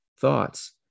thoughts